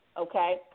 okay